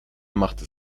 machte